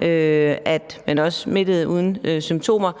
at man også kunne smitte uden symptomer,